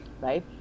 Right